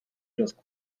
just